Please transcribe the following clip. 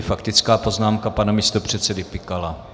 Faktická poznámka pana místopředsedy Pikala.